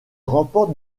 remporte